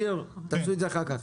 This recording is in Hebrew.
ניר, תדברו ביניכם אחר כך.